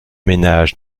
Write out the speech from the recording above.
ménage